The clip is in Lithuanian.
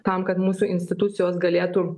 tam kad mūsų institucijos galėtų